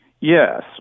yes